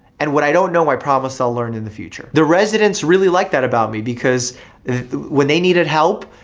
and what i don't know i promised i'll learn in the future. the residents really liked that about me, because when they needed help,